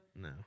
no